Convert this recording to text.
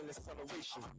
Acceleration